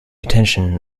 attention